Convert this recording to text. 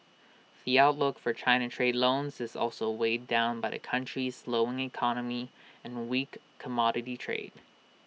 the outlook for China trade loans is also weighed down by the country's slowing economy and weak commodity trade